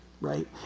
Right